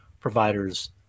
providers